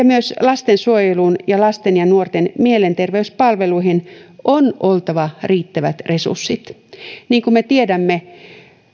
myös lastensuojeluun sekä lasten ja nuorten mielenterveyspalveluihin on oltava riittävät resurssit niin kuin me tiedämme